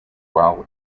while